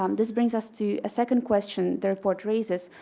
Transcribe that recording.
um this brings us to a second question the report raises.